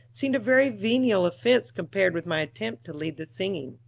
seemed a very venial offense compared with my attempt to lead the singing.